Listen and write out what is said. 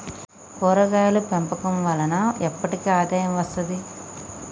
కూరగాయలు పెంపకం వలన ఎప్పటికి ఆదాయం వస్తది